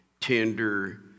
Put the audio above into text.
tender